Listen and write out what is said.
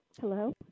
Hello